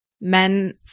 men